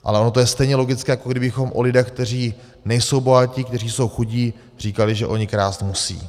Ale ono to je stejně logické, jako kdybychom o lidech, kteří nejsou bohatí, kteří jsou chudí, říkali, že oni krást musí.